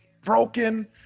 broken